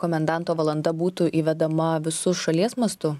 komendanto valanda būtų įvedama visos šalies mastu